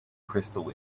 crystal